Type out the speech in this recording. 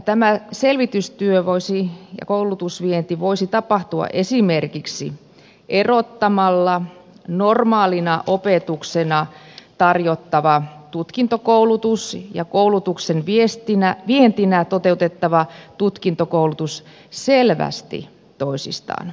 tämä koulutusvienti voisi tapahtua esimerkiksi erottamalla normaalina opetuksena tarjottava tutkintokoulutus ja koulutuksen vientinä toteutettava tutkintokoulutus selvästi toisistaan